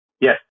Yes